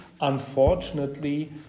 Unfortunately